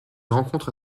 rencontre